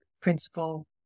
principle